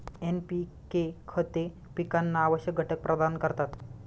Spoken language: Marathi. एन.पी.के खते पिकांना आवश्यक घटक प्रदान करतात